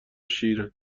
شیرند